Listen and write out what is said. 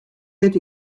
wit